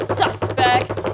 suspect